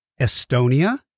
Estonia